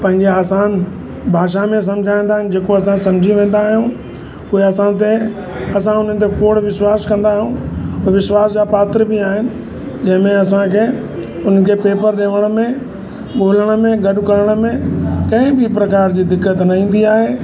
पंहिंजी आसान भाषा में सम्झाईंदा आहिनि जेको असां सम्झी वेंदा आहियूं उहे असां हुते असां हुननि ते खोड़ विश्वास कंदा आहियूं और विश्वास जा पात्र बि आहिनि जंहिंमें असांखे उन्हनि खे पेपर ॾियण में ॻोल्हण में गॾु करण में कंहिं बि प्रकार जी दिक़त न ईंदी आहे